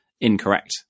incorrect